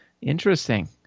Interesting